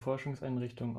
forschungseinrichtung